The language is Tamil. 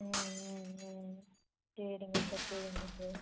ம் ம் ம் சரிங்க சார் சரிங்க சார்